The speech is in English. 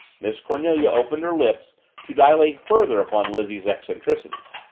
miss cornelia opened her lips to dilate further upon lizzie's eccentricities.